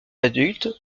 adulte